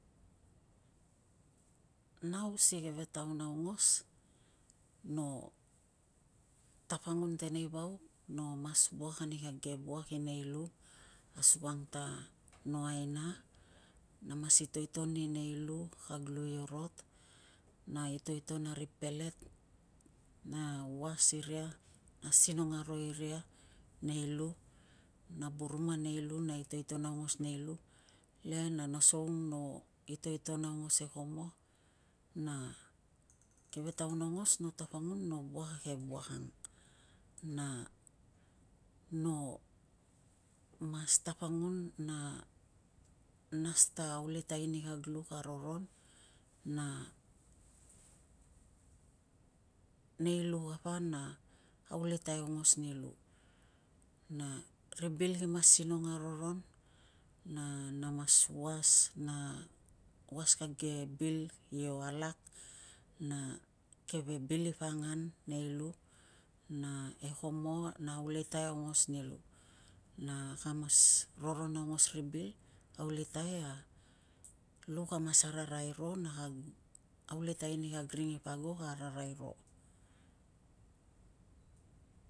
Nau si keve taun aungos no tapangun teneivauk no mas vuak ani kag ke vuak i nei lu asukang ta no aina na mas itoiton ni nei lu, kag lu io rot, na itoiton ari pelet, na uas iria asinong aro iria nei lu na burum a nei lu na itoiton aongos a nei lu le na na soung no itoiton aungos e komo na keve taun aongos no tapangun no vuak a ke vuak ang. Na no mas tapangun na nas ta aulitai ani kag lu ka roron na nei lu kapa na aulitai aongos ni lu na ri bil ki mas sinong aroron na na mas uas na uas kag ke bil io alak na keve bil ipa angan nei lu na e komo na aulitai aongos ni lu na ka mas roron aungos ri bil aulitai, a lu kamas ararai ro na aulitai i kag ring ipo ago ka ararai ro.